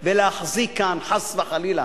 להחזיק כאן, חס וחלילה,